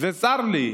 וצר לי,